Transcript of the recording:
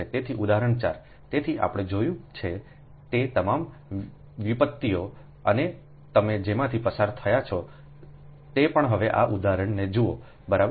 તેથી ઉદાહરણ 4 તેથી આપણે જોયું છે તે તમામ વ્યુત્પત્તિઓ અને તમે જેમાંથી પસાર થયા છો તે પણ હવે આ ઉદાહરણને જુઓ બરાબર